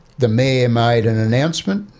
the mayor made an announcement,